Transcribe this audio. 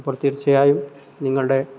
അപ്പോൾ തീർച്ചയായും നിങ്ങളുടെ